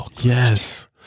Yes